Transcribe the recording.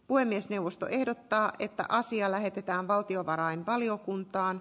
puhemiesneuvosto ehdottaa että asia lähetetään valtiovarainvaliokuntaan